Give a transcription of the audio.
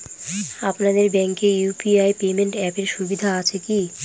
আপনাদের ব্যাঙ্কে UPI payment অ্যাপের সুবিধা আছে কি?